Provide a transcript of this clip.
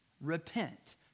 Repent